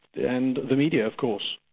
and the media of course,